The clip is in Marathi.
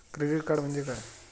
क्रेडिट कार्ड म्हणजे काय?